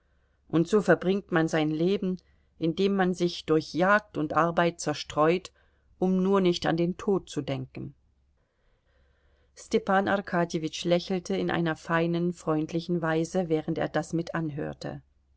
und so verbringt man sein leben indem man sich durch jagd und arbeit zerstreut um nur nicht an den tod zu denken stepan arkadjewitsch lächelte in einer feinen freundlichen weise während er das mit anhörte